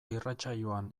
irratsaioan